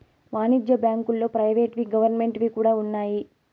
వాణిజ్య బ్యాంకుల్లో ప్రైవేట్ వి గవర్నమెంట్ వి కూడా ఉన్నాయి